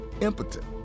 impotent